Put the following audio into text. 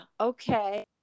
okay